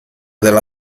della